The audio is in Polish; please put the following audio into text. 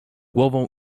głową